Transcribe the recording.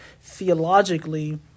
theologically